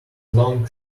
long